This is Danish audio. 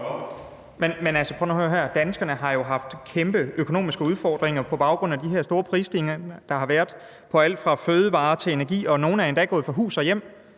Danskerne har jo haft kæmpe økonomiske udfordringer på baggrund af de her store prisstigninger, der har været, på alt fra fødevarer til energi, og nogle er endda gået fra hus og hjem.